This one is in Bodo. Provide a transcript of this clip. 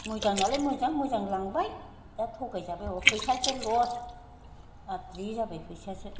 मोजां नालाय मोजां मोजां लांबाय दा थगायजाबाय फैसासो लस आद्रि जाबाय फैसायासो